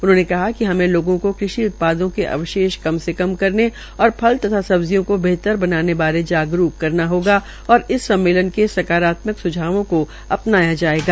उन्होंने कहा कि हमें लोगों केा कृषि उत्पादों के अवशेष कम से कम करने और फल और सब्जियों को बेहतर बनाने बारे जागरूत करना होगा और सम्मेलन के सकारात्मक सुझावों को अपनाया जायेगा